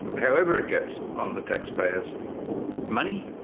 however it goes, on the taxpayers' money,